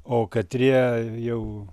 o katrie jau